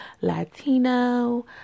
Latino